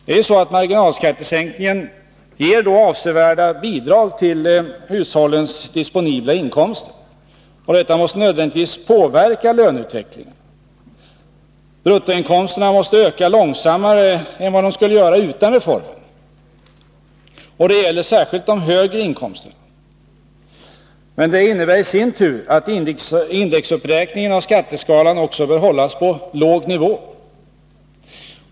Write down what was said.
Det är så att marginalskattesänkningarna ger avsevärda bidrag till hushållens disponibla inkomster. Detta måste nödvändigtvis påverka löneutvecklingen. Bruttoinkomsterna måste öka långsammare än vad de skulle göra utan reformen. Det gäller särskilt de högre inkomsterna. Detta innebär i sin tur att indexuppräkningen av skatteskalan också bör hållas på en låg nivå.